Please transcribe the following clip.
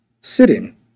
sitting